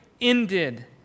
ended